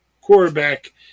quarterback